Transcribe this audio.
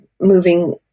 moving